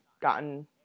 gotten